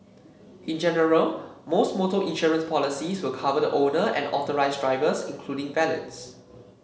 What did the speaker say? in general most motor insurance policies will cover the owner and authorised drivers including valets